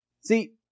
See